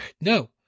No